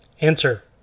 answer